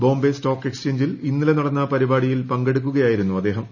Bombay stock എക്സ്ചേഞ്ചിൽ ഇന്നലെ നടന്ന ്പരിപാടിയിൽ പങ്കെടുക്കുകയായിരുന്നു അദ്ദേഹം